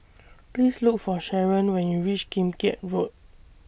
Please Look For Sharon when YOU REACH Kim Keat Road